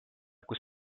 kus